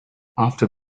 after